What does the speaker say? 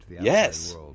Yes